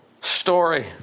story